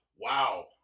Wow